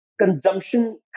consumption